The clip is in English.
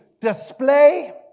display